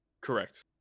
correct